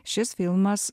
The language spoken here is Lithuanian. šis filmas